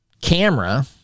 camera